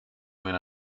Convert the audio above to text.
when